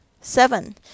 Seven